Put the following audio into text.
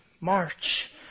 march